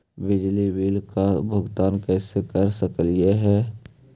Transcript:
बिजली बिल का भुगतान कैसे कर सकते है?